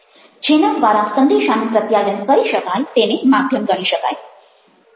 જેના દ્વારા સંદેશાનું પ્રત્યાયન કરી શકાય તેને માધ્યમ ગણી શકાય